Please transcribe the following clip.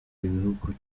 igihugu